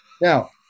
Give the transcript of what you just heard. Now